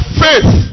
faith